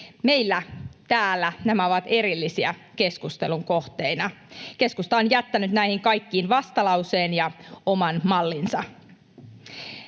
Meillä täällä nämä ovat erillisiä keskustelun kohteina. Keskusta on jättänyt näihin kaikkiin vastalauseen ja oman mallinsa.